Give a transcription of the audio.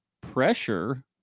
pressure